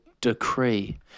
decree